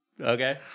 okay